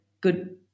good